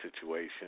situation